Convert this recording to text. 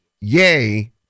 yay